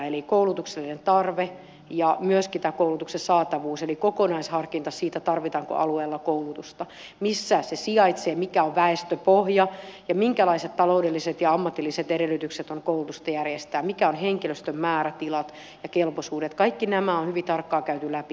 eli koulutuksellinen tarve ja myöskin koulutuksen saatavuus eli kokonaisharkinta siitä tarvitaanko alueella koulutusta missä se sijaitsee mikä on väestöpohja ja minkälaiset taloudelliset ja ammatilliset edellytykset on koulutusta järjestää mikä on henkilöstön määrä tilat ja kelpoisuudet kaikki nämä on hyvin tarkkaan käyty läpi